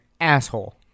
asshole